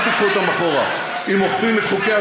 פה ובכל מקום,